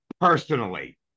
personally